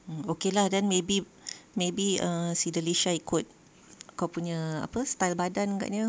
mm then okay lah then maybe maybe ah si Dalisha ikut kau punya apa style badan agaknya